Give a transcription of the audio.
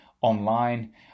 online